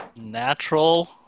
Natural